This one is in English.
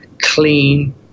clean